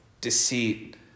deceit